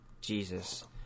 Jesus